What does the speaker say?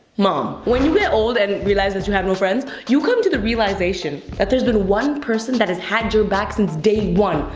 mom. when you get old and realize that you have no friends, you come to the realization that there's been one person that has had your back since day one,